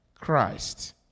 Christ